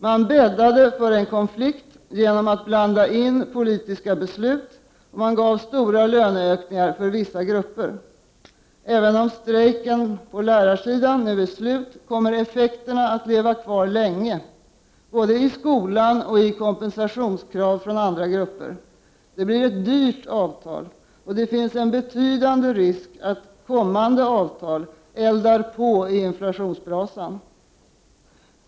Man bäddade för en konflikt genom att blanda in politiska beslut, och man gav stora löneökningar för vissa grupper. Även om lärarstrejken nu är slut kommer effekterna att leva kvar länge, både i skolan och i kompensationskrav från andra grupper. Det blir ett dyrt avtal, och det finns en betydande risk att kommande avtal eldar på inflationsbrasan.